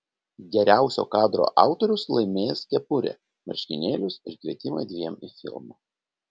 geriausio kadro autorius laimės kepurę marškinėlius ir kvietimą dviem į filmą